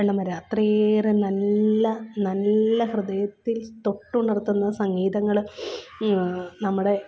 വെള്ളം വരുക അത്രയേറെ നല്ല നല്ല ഹൃദയത്തിൽ തൊട്ടുണർത്തുന്ന സംഗീതങ്ങള് നമ്മുടെ